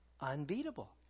unbeatable